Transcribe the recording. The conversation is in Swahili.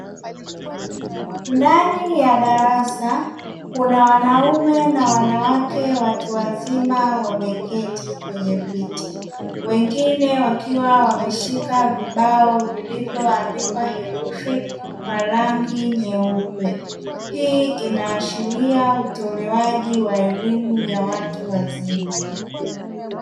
Ndani ya darasa kuna wanaume na wanawake watu wazima wameketi kwenye viti, wengine wakiwa wameshika vibao vilivyoandikwa herufi kwa rangi nyeupe; hii inaashiria utolewaji wa elimu ya watu wazima.